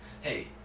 Hey